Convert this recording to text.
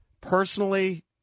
Personally